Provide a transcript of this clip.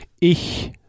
Ich